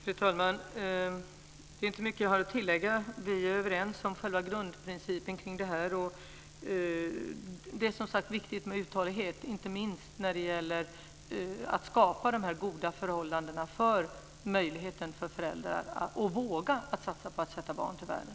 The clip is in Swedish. Fru talman! Det är inte mycket jag har att tillägga. Vi är överens om själva grundprincipen. Det är som sagt viktigt med uthållighet, inte minst när det gäller att skapa goda förhållanden och möjligheter för föräldrar att våga satsa på att sätta barn till världen.